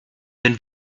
wenn